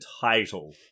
title